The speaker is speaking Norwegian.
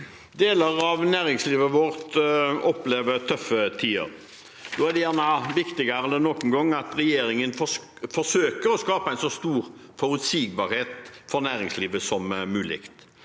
Deler av nærings- livet vårt opplever tøffe tider, og da er det viktigere enn noen gang at regjeringen forsøker å skape en så stor forutsigbarhet for næringslivet som mulig.